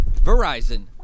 Verizon